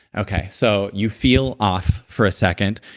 okay so you feel off for second,